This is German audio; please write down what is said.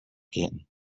gehen